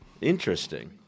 Interesting